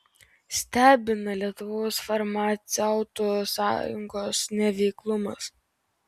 stebina lietuvos farmaceutų sąjungos neveiklumas